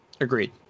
Agreed